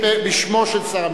הוא משיב בשמו של שר המשפטים.